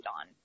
on